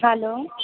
hello